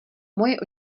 moje